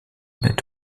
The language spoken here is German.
mit